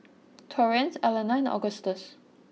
Torrence Alana and Agustus